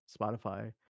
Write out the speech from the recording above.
Spotify